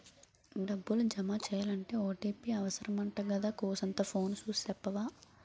డబ్బులు జమెయ్యాలంటే ఓ.టి.పి అవుసరమంటగదా కూసంతా ఫోను సూసి సెప్పవా